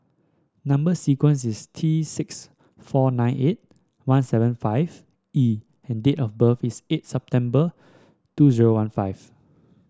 number sequence is T six four nine eight one seven five E and date of birth is eight September two zero one five